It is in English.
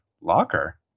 locker